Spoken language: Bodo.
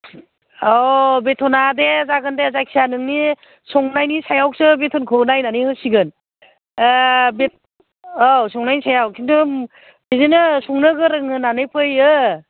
औ बेथना दे जागोन दे जायखिया नोंनि संनायनि सायावसो बेथनखौ नायनानै होसिगोन ओ औ संनायनि सायाव खिन्थु बिदिनो संनो गोरों होननानै फैयो